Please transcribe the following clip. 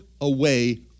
away